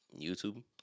YouTube